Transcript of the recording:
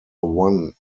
one